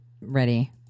ready